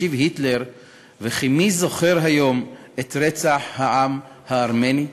הוא השיב: וכי מי זוכר היום את רצח העם הארמני?